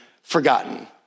forgotten